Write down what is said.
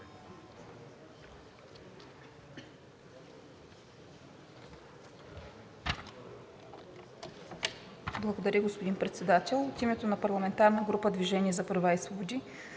Благодаря, господин Председател. От името на парламентарната група на „Движение за права и свободи“